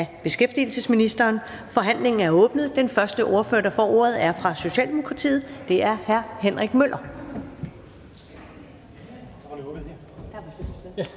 er genoptaget. Forhandlingen er åbnet. Den første ordfører, der får ordet, er fra Socialdemokratiet. Og det er hr. Henrik Møller.